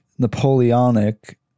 Napoleonic